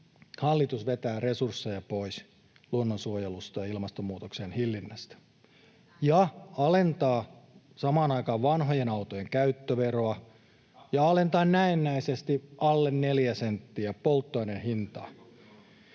hallitus vetää resursseja pois luonnonsuojelusta ja ilmastonmuutoksen hillinnästä — ja alentaa samaan aikaan vanhojen autojen käyttöveroa ja alentaa näennäisesti alle neljä senttiä polttoaineen hintaa.